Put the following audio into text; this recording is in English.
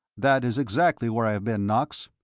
that is exactly where i have been, knox.